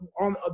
on